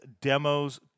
Demos